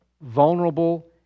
vulnerable